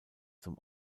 zum